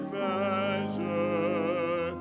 measure